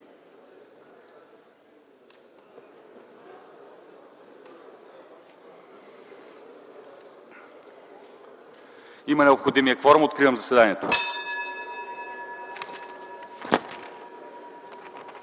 Имаме необходимия кворум. Откривам заседанието.